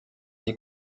sie